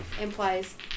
implies